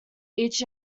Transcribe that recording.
each